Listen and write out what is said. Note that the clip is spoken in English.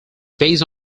based